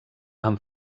amb